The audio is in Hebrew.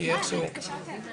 ויעשה כמו שהוא אמר עם משחקים,